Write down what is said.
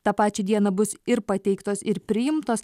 tą pačią dieną bus ir pateiktos ir priimtos